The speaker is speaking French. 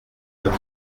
vingt